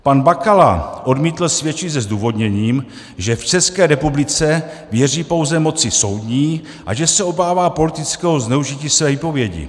Pan Bakala odmítl svědčit se zdůvodněním, že v České republice věří pouze moci soudní a že se obává politického zneužití své výpovědi.